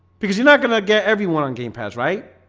because you're not going to get everyone on game paths, right?